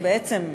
בעצם,